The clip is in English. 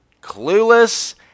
Clueless